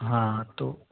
हाँ तो